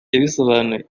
yabisobanuye